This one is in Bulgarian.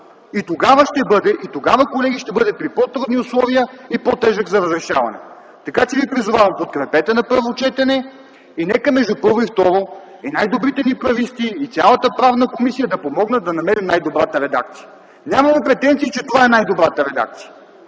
в тази зала. Тогава, колеги, ще бъде при по-трудни условия и по-тежък за разрешаване. Така че Ви призовавам: подкрепете на първо четене и нека между първо и второ и най-добрите ни прависти, и цялата Правна комисия да помогнат да намерим най-добрата редакция. Нямаме претенции, че това е най-добрата редакция.